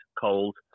cold